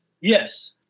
Yes